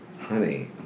Honey